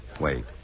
wait